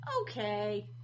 Okay